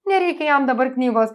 nereikia jam dabar knygos